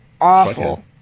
Awful